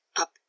up